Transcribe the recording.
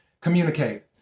Communicate